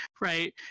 Right